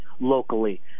locally